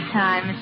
time